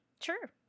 sure